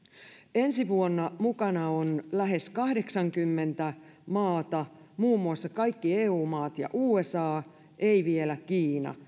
ensi vuonna mukana on lähes kahdeksankymmentä maata muun muassa kaikki eu maat ja usa ei vielä kiina